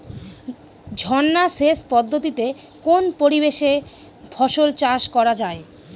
ঝর্না সেচ পদ্ধতিতে কোন পরিবেশে ফসল চাষ করা যায়?